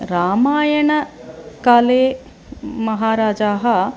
रामायणकाले महाराजाः